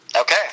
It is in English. Okay